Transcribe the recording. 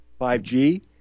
5G